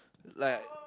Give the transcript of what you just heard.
like